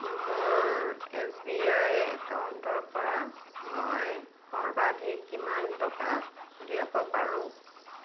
মোৰ এছ বি আইৰ একাউণ্টৰপৰা মই সৰ্বাধিক কিমান টকা উলিয়াব পাৰোঁ